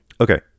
Okay